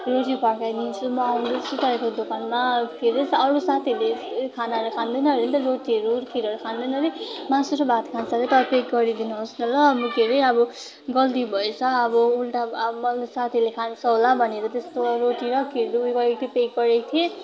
रोटी फर्काइ दिन्छु म आउँदैछु तपाईँको दोकानमा के अरे अरू साथीहरूले खाना खान्दैन अरे नि त रोटीहरू खिरहरू खान्दैन अरे मासु र भात खान्छ अरे तपाईँ पय्का गरिदिनुहोस् न ल के अरे अब गल्ती भएछ अब उल्टा मैले साथीले खान्छ होला भनेर त्यस्तो रोटी र खिर उयो गरेको थिएँ प्याक गरेको थिएँ